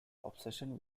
obsession